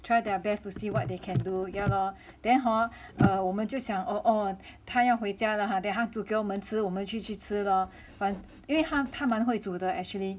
try their best to see what they can do yeah lor then hor 我们就想哦哦他要回家了蛤他煮给我们吃我们就去吃咯反因为他蛮会煮的 actually